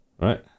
right